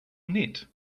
knit